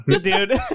dude